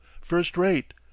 first-rate